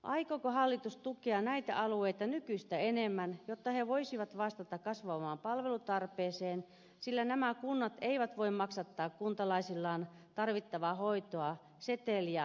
aikooko hallitus tukea näitä alueita nykyistä enemmän jotta ne voisivat vastata kasvavaan palvelutarpeeseen sillä nämä kunnat eivät voi maksattaa kuntalaisillaan tarvittavaa hoitoa seteliä porkkanana käyttäen